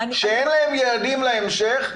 שאין להם יעדים להמשך,